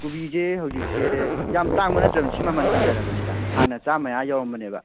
ꯀꯣꯕꯤꯁꯦ ꯍꯧꯖꯤꯛꯁꯦ ꯌꯥꯝ ꯇꯥꯡꯕ ꯅꯠꯇ꯭ꯔꯃꯤ ꯁꯤ ꯃꯃꯟ ꯍꯟꯊꯔꯕꯅꯤꯗ ꯍꯥꯟꯅ ꯆꯥꯃ ꯃꯌꯥ ꯌꯧꯔꯝꯕꯅꯦꯕ